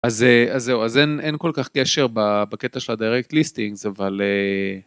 אז זהו אז אין כל כך קשר בקטע של הדירקט ליסטינג אבל.